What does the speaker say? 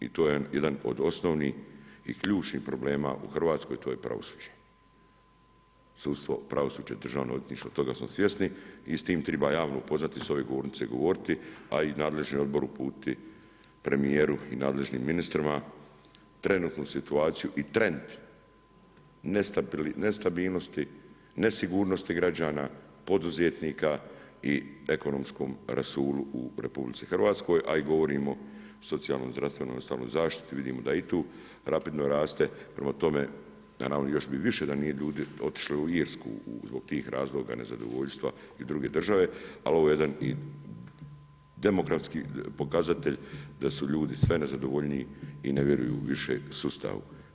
I to je jedan od osnovnih i ključnih problema u Hrvatskoj, to je pravosuđe, Sudstvo, pravosuđe, Državno odvjetništvo, toga smo svjesni i s tim treba javno upoznati, s ove govornice govoriti, a i nadležni odbor uputiti premijer i nadležnim ministrima trenutku situaciju i trend ne stabilnost, nesigurnosti građana, poduzetnika i ekonomskom rasulu u RH a i govorimo o socijalnoj, zdravstvenoj i ostaloj zaštiti, vidimo da je i tu rapidno raste, prema tome, a naravno još bi i više da nije ljudi otišlo u Irsku, zbog tih razloga nezadovoljstva i druge države ali ovo je jedan demografski pokazatelj da su ljudi sve nezadovoljniji i ne vjeruju više sustavu.